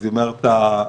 אז היא אומרת לה: